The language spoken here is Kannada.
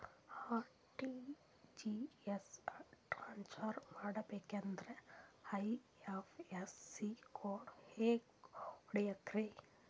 ಆರ್.ಟಿ.ಜಿ.ಎಸ್ ಟ್ರಾನ್ಸ್ಫರ್ ಮಾಡಬೇಕೆಂದರೆ ಐ.ಎಫ್.ಎಸ್.ಸಿ ಕೋಡ್ ಹೆಂಗ್ ಹುಡುಕೋದ್ರಿ?